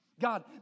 God